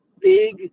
big